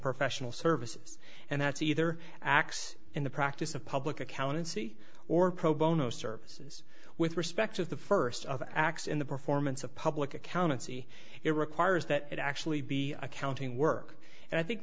professional services and that's either acts in the practice of public accountancy or pro bono services with respect of the first of acts in the performance of public accountants see it requires that it actually be accounting work and i think